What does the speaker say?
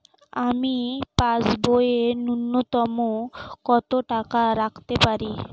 আমি পাসবইয়ে ন্যূনতম কত টাকা রাখতে পারি?